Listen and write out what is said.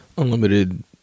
unlimited